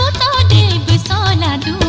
da da da da